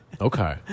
Okay